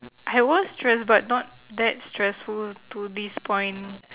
I was stress but not that stressful to this point